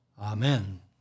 Amen